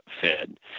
fed